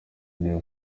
didier